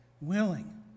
willing